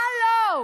הלו,